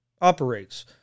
operates